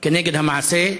כנגד המעשה,